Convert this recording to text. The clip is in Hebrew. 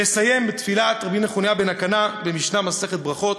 ואסיים בתפילת רבי נחוניה בן הקנה במשנה מסכת ברכות: